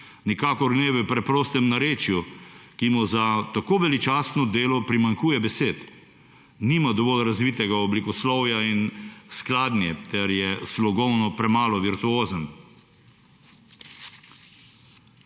nikakor ne v preprostem narečju, ki mu za tako veličastno delo primanjkuje besed, nima dovolj razvitega oblikoslovja in skladnje ter je slogovno premalo virtuozen.